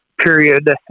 period